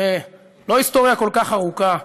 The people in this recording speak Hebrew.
זה לא היסטוריה כל כך רחוקה,